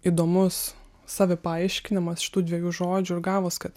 įdomus savipaaiškinimas iš tų dviejų žodžių ir gavos kad